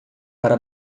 para